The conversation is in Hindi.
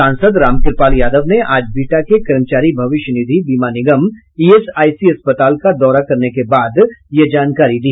सांसद रामकृपाल यादव ने आज बिहटा के कर्मचारी भविष्य निधि बीमा निगम ईएसआईसी अस्पताल का दौरा करने के बाद यह जानकारी दी